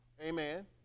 amen